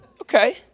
okay